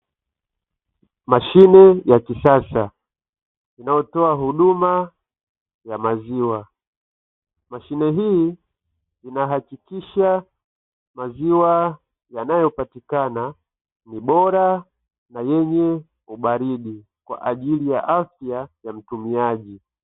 Mashine ya kisasa inayotoa huduma ya maziwa. Mashine hii inahakikisha maziwa yanayopatikana ni bora na yenye ubaridi kwa ajili ya afya ya mtumiaji.